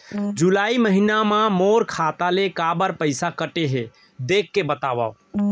जुलाई महीना मा मोर खाता ले काबर पइसा कटे हे, देख के बतावव?